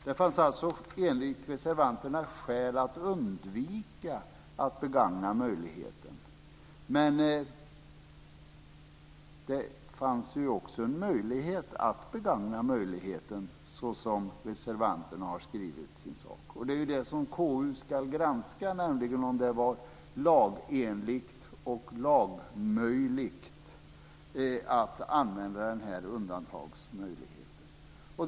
Det fanns alltså enligt reservanterna skäl att undvika att begagna möjligheten. Men det fanns också en möjlighet att begagna möjligheten, såsom reservanterna har skrivit. Det är det som KU ska granska, nämligen om det var lagenligt och möjligt enligt lagen att använda den här undantagsmöjligheten.